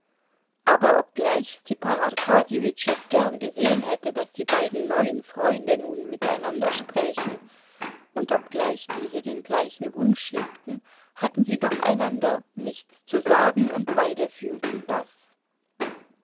aber obgleich stepan arkadjewitsch es gern gesehen hätte daß die beiden neuen freunde nun miteinander sprächen und obgleich diese den gleichen wunsch hegten hatten sie doch einander nichts zu sagen und beide fühlten das